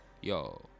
yo